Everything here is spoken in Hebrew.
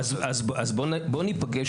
אז בואו ניפגש,